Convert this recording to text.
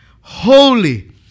holy